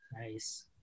Nice